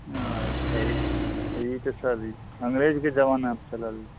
हँ सर ई तऽ सर जी अँग्रेजके जबानाके चलल